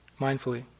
mindfully